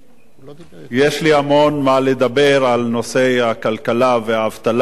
יש לי המון מה לדבר על נושא הכלכלה והאבטלה והממשלה,